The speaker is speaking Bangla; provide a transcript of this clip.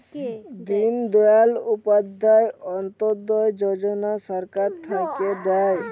দিন দয়াল উপাধ্যায় অন্ত্যোদয় যজনা সরকার থাক্যে দেয়